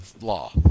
law